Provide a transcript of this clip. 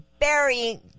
burying